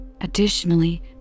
Additionally